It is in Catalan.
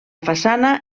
façana